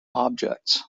objects